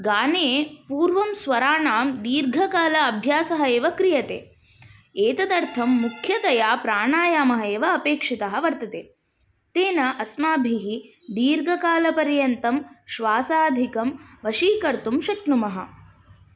गाने पूर्वं स्वराणां दीर्घंकालाभ्यासः एव क्रियते एतदर्थं मुख्यतया प्राणायामः एव अपेक्षितः वर्तते तेन अस्माभिः दीर्घकालपर्यन्तं श्वासादिकं वशीकर्तुं शक्नुमः